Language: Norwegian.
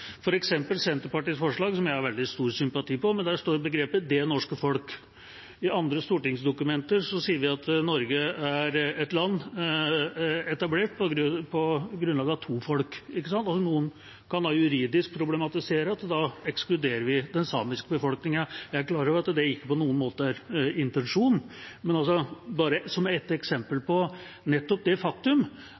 Senterpartiets forslag, som jeg har veldig stor sympati for. Der står begrepet «det norske folk». I andre stortingsdokumenter sier vi at Norge er et land etablert på grunnlag av to folk. Noen kan juridisk problematisere at vi da ekskluderer den samiske befolkningen. Jeg er klar over at det ikke på noen måte er intensjonen, men det er et eksempel på det faktum